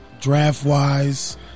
draft-wise